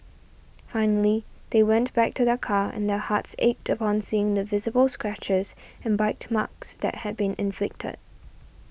finally they went back to their car and their hearts ached upon seeing the visible scratches and bite marks that had been inflicted